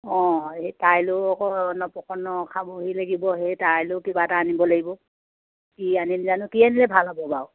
অঁ এই তাইলৈ আকৌ অন্নপ্রশন খাবহি লাগিব সেই তাইলৈ কিবা এটা আনিব লাগিব কি আনিম জানো কি আনিলে ভাল হ'ব বাৰু